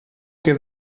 και